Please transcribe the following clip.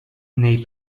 nei